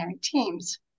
teams